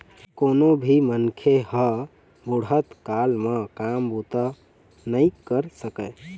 कोनो भी मनखे ह बुढ़त काल म काम बूता नइ कर सकय